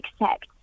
accept